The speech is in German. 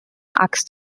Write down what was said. axt